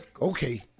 Okay